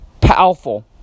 powerful